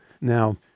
Now